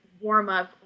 warm-up